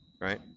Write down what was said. Right